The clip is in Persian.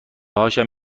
هاشم